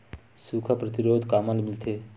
सुखा प्रतिरोध कामा मिलथे?